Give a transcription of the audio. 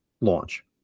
launch